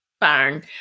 barn